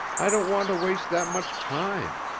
i don't want to waste that much time.